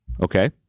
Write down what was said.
Okay